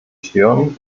türen